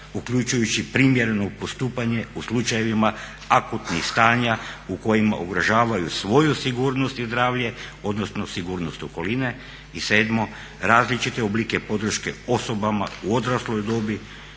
uključujući primjereno postupanje u slučajevima akutnih stanja u kojima ugrožavaju svoju sigurnost i zdravlje odnosno sigurnost okoline i 7.različite oblike podrške osobama u odrasloj dobi,